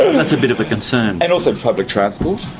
that's a bit of a concern. and also public transport,